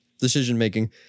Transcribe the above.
decision-making